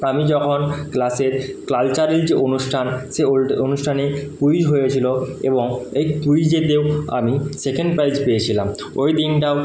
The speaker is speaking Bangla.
আমি যখন ক্লাসের কালচারাল যে অনুষ্ঠান সেই সেই অনুষ্ঠানে ক্যুইজ হয়েছিল এবং এই ক্যুইজেতেও আমি সেকেণ্ড প্রাইজ পেয়েছিলাম ওই দিনটাও